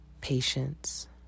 patience